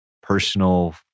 personal